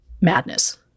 madness